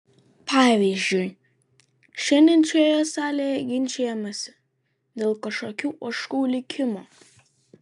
pavyzdžiui šiandien šioje salėje ginčijamasi dėl kažkokių ožkų likimo